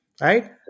right